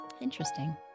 Interesting